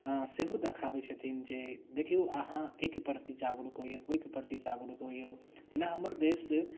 सेहो देखाबै छथिन जे देखियौ अहाँ एहिके प्रति जागरूक होइयौ ओहिके प्रति जागरूक होइयौ एना हमर देश से